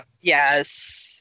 yes